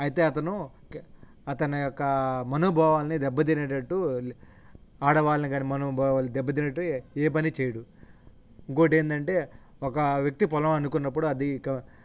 అయితే అతను అతన యొక్క మనోభావాల్ని దెబ్బ తినేటట్టు ఆడవాళ్ళని కానీ మనోభావాలు దెబ్బ తినేటివి ఏ పని చేయడు ఇంకొకటి ఏందంటే ఒక వ్యక్తి పొలం అనుకున్నప్పుడు అది ఇక